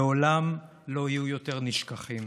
לעולם לא יהיו יותר נשכחים.